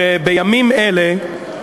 שבימים אלה,